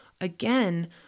again